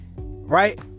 right